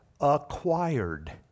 acquired